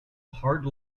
hard